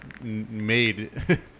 made